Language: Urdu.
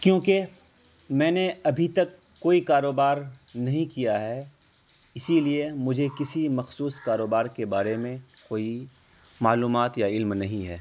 کیونکہ میں نے ابھی تک کوئی کاروبار نہیں کیا ہے اسی لیے مجھے کسی مخصوص کاروبار کے بارے میں کوئی معلومات یا علم نہیں ہے